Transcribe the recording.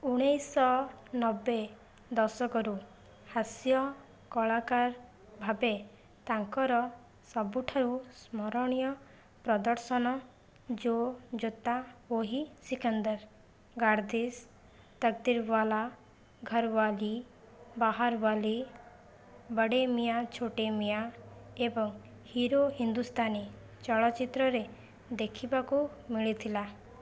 ଉଣେଇଶିଶହନବେ ଦଶକରୁ ହାସ୍ୟ କଳାକାର ଭାବେ ତାଙ୍କର ସବୁଠାରୁ ସ୍ମରଣୀୟ ପ୍ରଦର୍ଶନ ଜୋ ଜିତା ଓହି ସିକନ୍ଦର ଗାର୍ଦିଶ ତକଦିରୱାଲା ଘରୱାଲି ବାହାରୱାଲି ବଡ଼େ ମିୟାଁ ଛୋଟେ ମିୟାଁ ଏବଂ ହିରୋ ହିନ୍ଦୁସ୍ତାନୀ ଚଳଚ୍ଚିତ୍ରରେ ଦେଖିବାକୁ ମିଳିଥିଲା